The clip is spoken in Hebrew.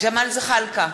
ג'מאל זחאלקה,